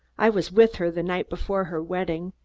i was with her the night before her wedding,